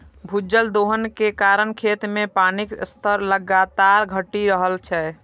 भूजल दोहन के कारण खेत मे पानिक स्तर लगातार घटि रहल छै